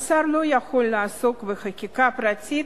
ושר לא יכול לעסוק בחקיקה פרטית,